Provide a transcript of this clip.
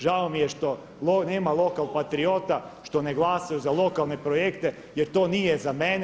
Žao mi je što nema lokal patriota, što ne glasaju za lokalne projekte, jer to nije za mene.